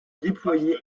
déployé